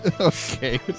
okay